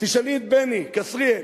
תשאלי את בני כשריאל